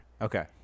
Okay